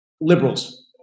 liberals